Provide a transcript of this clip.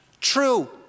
True